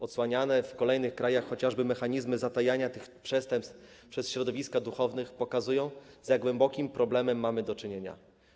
Odsłaniane w kolejnych krajach chociażby mechanizmy zatajania tych przestępstw przez środowiska duchownych pokazują, z jak głębokim problemem mamy do czynienia.